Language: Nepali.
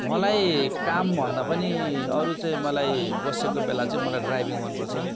मलाई काम भन्दा पनि अरू चाहिँ मलाई बसेको बेला चाहिँ मलाई ड्राइभिङ मनपर्छ